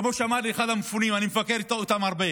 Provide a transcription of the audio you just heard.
כמו שאמר לי אחד המפונים, ואני מבקר אותם הרבה,